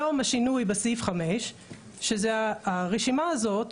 היום השינוי בסעיף 5 שזה הרשימה הזאת,